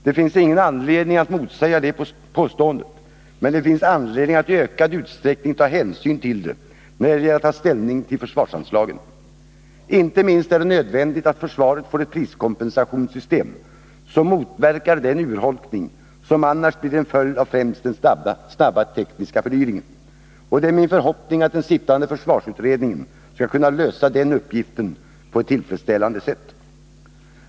Det finns ingen anledning att motsäga det påståendet, men det finns anledning att i ökad utsträckning ta hänsyn till det när det gäller att ta ställning till försvarsanslagen. Inte minst är det nödvändigt att försvaret får ett priskompensationssystem som motverkar den urholkning som annars blir en följd av främst den snabba tekniska fördyringen. Det är min förhoppning att den sittande försvarsutredningen skall kunna lösa den uppgiften på ett tillfredsställande sätt.